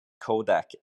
kodak